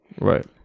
right